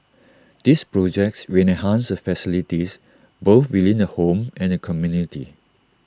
these projects will enhance the facilities both within the home and the community